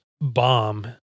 bomb